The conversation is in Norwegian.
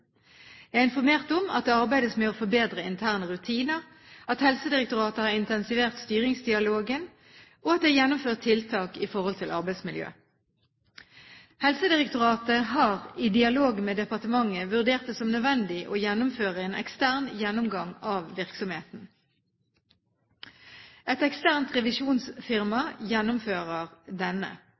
Jeg er informert om at det arbeides med å forbedre interne rutiner, at Helsedirektoratet har intensivert styringsdialogen, og at det er gjennomført tiltak i forhold til arbeidsmiljø. Helsedirektoratet har, i dialog med departementet, vurdert det som nødvendig å gjennomføre en ekstern gjennomgang av virksomheten. Et eksternt revisjonsfirma gjennomfører denne.